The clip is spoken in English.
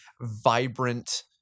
vibrant